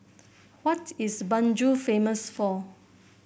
what is Banjul famous for